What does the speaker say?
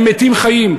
הם מתים חיים.